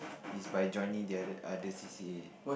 is by joining the other other c_c_a